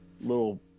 little